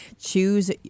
Choose